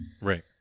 right